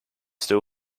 still